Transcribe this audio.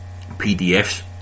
PDFs